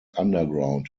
underground